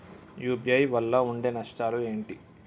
UPI వల్ల ఉండే నష్టాలు ఏంటి??